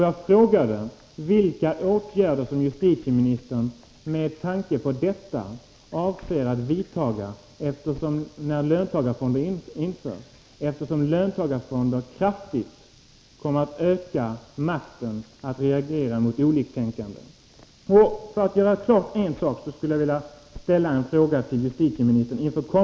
Jag frågade vilka åtgärder justitieministern med tanke på detta avser att vidta, eftersom löntagarfonder kraftigt kommer att öka makten och möjligheterna att reagera mot oliktänkande. För att få klarhet i en sak inför kommande debatter skulle jag vilja ställa en fråga till justitieministern.